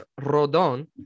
Rodon